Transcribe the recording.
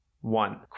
one